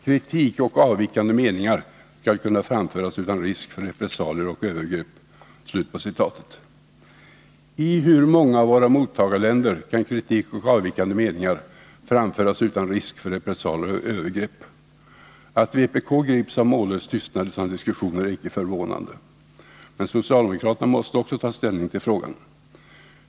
Kritik och avvikande meningar skall kunna framföras utan risk för repressalier och övergrepp.” I hur många av våra mottagarländer kan kritik och avvikande meningar framföras utan risk för repressalier och övergrepp? Att vpk grips av mållös tystnad i sådana diskussioner är icke förvånande. Men socialdemokraterna måste också ta ställning till frågan.